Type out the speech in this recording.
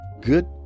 good